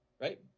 right